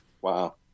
wow